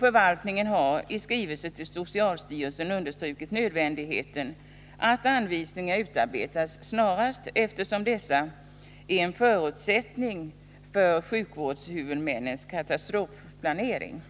Förvaltningen har i skrivelse till socialstyrelsen understrukit nödvändigheten att anvisningar utarbetas snarast eftersom dessa är en förutsättning för sjukvårdshuvudmännens katastrofplanering.”